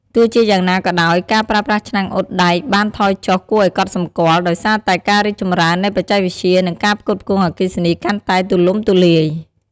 ទោះជាយ៉ាងណាក៏ដោយ ការប្រើប្រាស់ឆ្នាំងអ៊ុតដែកបានថយចុះគួរឱ្យកត់សម្គាល់ ដោយសារតែការរីកចម្រើននៃបច្ចេកវិទ្យា និងការផ្គត់ផ្គង់អគ្គិសនីកាន់តែទូលំទូលាយ។